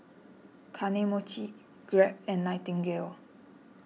Kane Mochi Grab and Nightingale